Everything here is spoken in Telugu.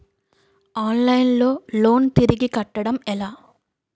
ఆన్లైన్ లో లోన్ తిరిగి కట్టడం ఎలా?